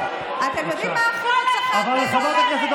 חכה, חכה, זה